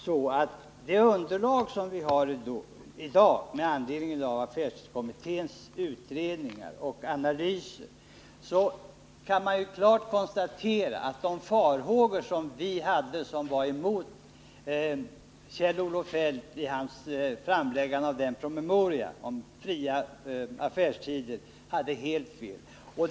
Med det underlag vi i dag har med anledning av affärstidskommitténs utredningar och analyser kan det klart konstateras att vi som hyste farhågor och var emot Kjell-Olof Feldt när han lade fram sin promemoria om fria affärstider hade helt fel.